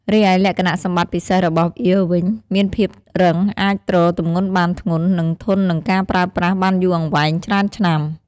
រីឯលក្ខណៈសម្បត្តិពិសេសរបស់វាវិញ មានភាពរឹង អាចទ្រទម្ងន់បានធ្ងន់ និងធន់នឹងការប្រើប្រាស់បានយូរអង្វែង ច្រើនឆ្នាំ។